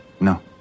no